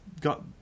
got